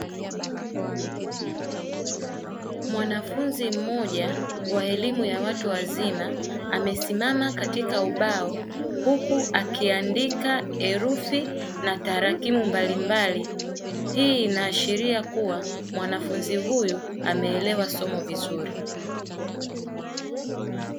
Mwanafunzi mmoja wa elimu ya watu wazima, amesimama katika ubao huku akiandika herufi na tarakimu mbalimbali; hii inaashiria kuwa mwanafunzi huyu ameelewa somo vizuri.